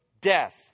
death